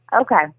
Okay